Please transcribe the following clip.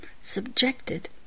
subjected